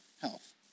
health